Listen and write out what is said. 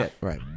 Right